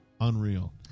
unreal